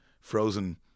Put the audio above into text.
frozen